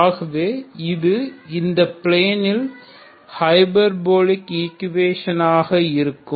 ஆகவே இது இந்த பிலேனில் ஹைபர்போலிக் ஈக்குவேஷன் ஆக இருக்கும்